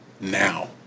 now